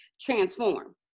transform